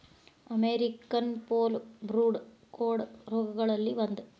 American foulbrood ಕೋಡ ರೋಗಗಳಲ್ಲಿ ಒಂದ